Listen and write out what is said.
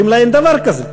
אומרים לה: אין דבר כזה.